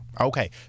Okay